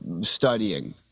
studying